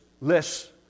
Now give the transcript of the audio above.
less